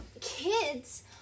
kids